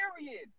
period